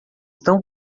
tão